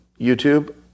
YouTube